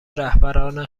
رهبران